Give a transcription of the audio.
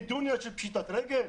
נדוניה של פשיטת רגל?